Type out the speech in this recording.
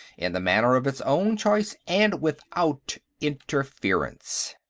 in the manner of its own choice, and without interference.